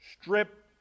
Strip